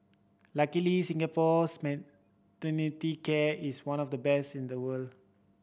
luckily Singapore's maternity care is one of the best in the world